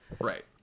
Right